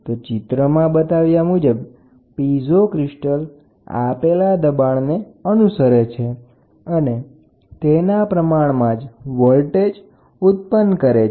તો ચિત્રમાં બતાવ્યા મુજબ પીઝો ક્રિસ્ટલ આપેલા દબાણને અનુસરે છે અને તેના પ્રમાણમાં જ વોલ્ટેજ ઉત્પન્ન કરે છે